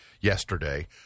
yesterday